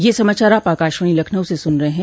ब्रे क यह समाचार आप आकाशवाणी लखनऊ से सुन रहे हैं